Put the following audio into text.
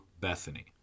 Bethany